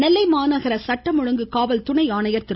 நெல்லை மாநகர சட்டம் ஒழுங்கு காவல் துணை ஆணையர் திரு